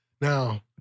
Now